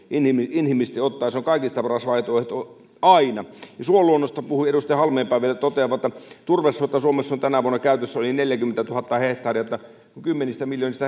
inhimillisesti ottaen se on kaikista paras vaihtoehto aina ja suoluonnosta puhui edustaja halmeenpää vielä totean että turvesuota suomessa on tänä vuonna käytössä yli neljäkymmentätuhatta hehtaaria